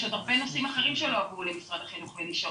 יש עוד הרבה נושאים הרבה שלא עברו למשרד החינוך ונשארו.